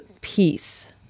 peace